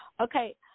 Okay